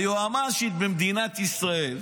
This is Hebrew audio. היועמ"שית במדינת ישראל,